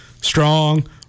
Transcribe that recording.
strong